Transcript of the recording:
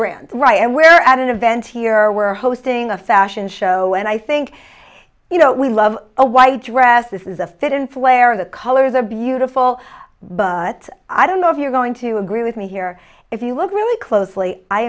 brand right and we're at an event here we're hosting a fashion show and i think you know we love a white dress this is a fit and flair of the colors are beautiful but i don't know if you're going to agree with me here if you look really closely i